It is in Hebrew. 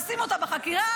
נשים אותה בחקירה,